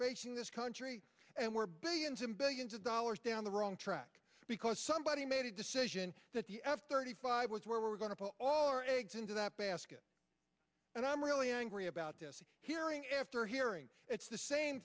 facing this country and we're billions and billions of dollars down the wrong track because somebody made a decision that the f thirty five was where we're going to put all our eggs into that basket and i'm really angry about this hearing after hearing it's the same